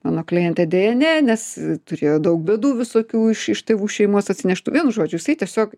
mano klientė deja ne nes turėjo daug bėdų visokių iš iš tėvų šeimos atsineštų vienu žodžiu jisai tiesiog